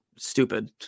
stupid